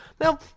Now